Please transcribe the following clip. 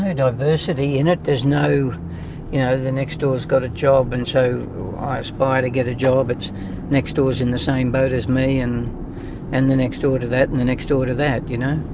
ah diversity in it, there's no you know the next door's got a job and so i aspire to get a job, it's next door's in the same boat as me and and the next door to that and the next door to that, you know.